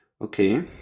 Okay